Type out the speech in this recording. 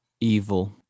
evil